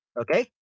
Okay